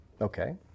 Okay